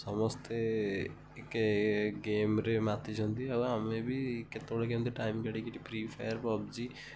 ସମସ୍ତେ ଟିକେ ଗେମ୍ରେ ମାତିଛନ୍ତି ଆଉ ଆମେ ବି କେତେବେଳେ କେମିତି ଟାଇମ୍ କାଢ଼ିକି ଟିକେ ଫ୍ରୀ ଫାୟାର୍ ପବ୍ଜି